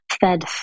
fed